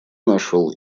нашел